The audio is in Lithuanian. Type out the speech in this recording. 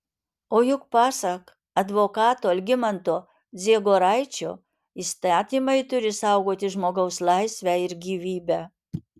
o juk pasak advokato algimanto dziegoraičio įstatymai turi saugoti žmogaus laisvę ir gyvybę